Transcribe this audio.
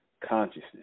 consciousness